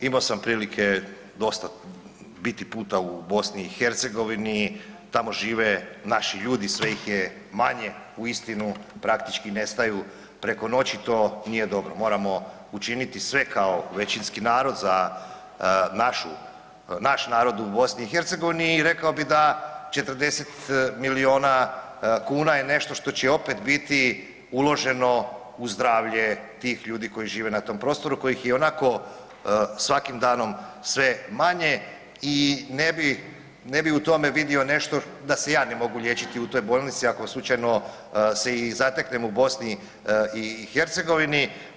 Imao sam prilike dosta biti puta u BiH, tamo žive naši ljudi, sve ih je manje, uistinu praktički nestaju preko noći, to nije dobro, moramo učiniti sve kao većinski narod za našu, naš narod u BiH i rekao bi da 40 miliona kuna je nešto što će opet biti uloženo u zdravlje tih ljudi koji žive na tom prostoru kojih je ionako svakim danom sve manje i ne bi, ne bi u tome vidio nešto da se ja ne mogu liječiti u toj bolnici ako slučajno se i zateknem u BiH.